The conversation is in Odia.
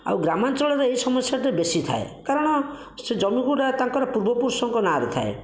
ଆଉ ଗ୍ରାମାଞ୍ଚଳରେ ଏହି ସମସ୍ୟାଟା ବେଶି ଥାଏ କାରଣ ସେ ଜମିଗୁଡ଼ାକ ତାଙ୍କର ପୂର୍ବପୁରୁଷଙ୍କ ନାଁରେ ଥାଏ